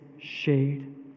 shade